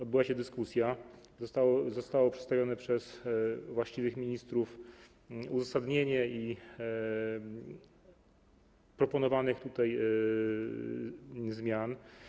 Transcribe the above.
Odbyła się dyskusja, zostało przedstawione przez właściwych ministrów uzasadnienie proponowanych tutaj zmian.